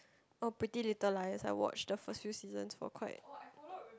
oh pretty little lah yes I watch the first few seasons for quite